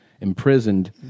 imprisoned